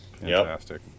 Fantastic